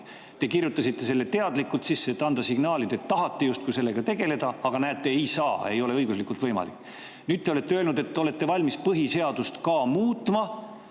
Te kirjutasite selle teadlikult sisse, et anda signaali, et te tahate justkui sellega tegeleda, aga, näete, ei saa, ei ole õiguslikult võimalik. Nüüd te olete öelnud, et te olete valmis põhiseadust muutma,